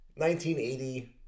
1980